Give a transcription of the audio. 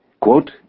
Quote